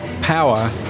power